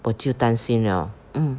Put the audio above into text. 我就担心 liao mm